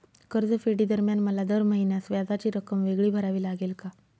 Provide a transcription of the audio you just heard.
कर्जफेडीदरम्यान मला दर महिन्यास व्याजाची रक्कम वेगळी भरावी लागेल का?